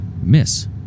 Miss